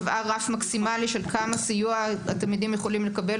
קבעה רף מקסימלי של כמה סיוע התלמידים יכולים לקבל,